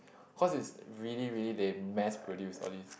cause is really really they mass produce all these